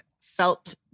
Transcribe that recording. felt